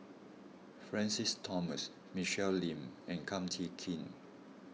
Francis Thomas Michelle Lim and Kum Chee Kin